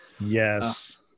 Yes